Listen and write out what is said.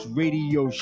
radio